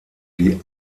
die